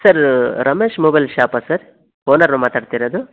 sir Ramesh mobile ಶಾಪಾ sir ಓನರಾ ಮಾತಾಡ್ತಿರೋದು